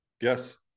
Yes